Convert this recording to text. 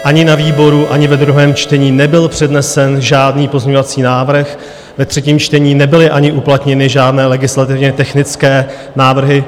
Ani na výboru, ani ve druhém čtení nebyl přednesen žádný pozměňovací návrh, ve třetím čtení nebyly ani uplatněny žádné legislativně technické návrhy.